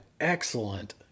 excellent